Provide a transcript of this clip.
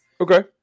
Okay